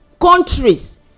countries